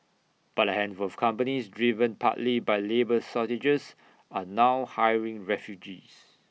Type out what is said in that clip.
but handful of companies driven partly by labour shortages are now hiring refugees